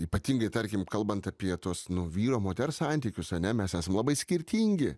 ypatingai tarkim kalbant apie tuos nu vyro moters santykius ane mes esam labai skirtingi